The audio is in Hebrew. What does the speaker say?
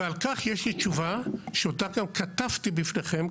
ועל כך יש לי תשובה שאותה גם כתבתי בפניכם,